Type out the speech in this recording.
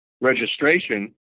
registration